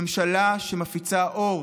הממשלה מפיצה אור,